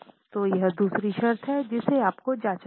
तो यह दूसरी शर्त है जिसे आपको जाँचना होगा